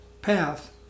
path